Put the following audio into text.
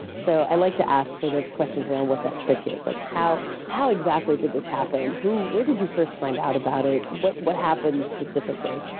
so, i like to ask sort of questions around what that trick is. like how how exactly did this happen? where did you first find out about it? what what happened, specifically?